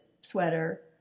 sweater